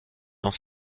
dans